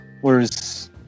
Whereas